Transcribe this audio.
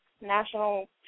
national